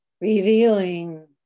Revealing